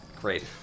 Great